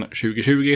2020